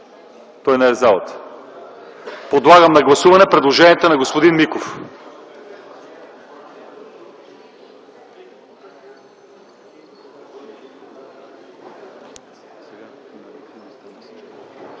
Той не е в залата. Подлагам на гласуване предложението на господин Миков.